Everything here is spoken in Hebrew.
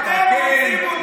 לתקן,